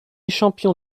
champion